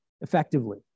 effectively